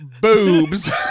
boobs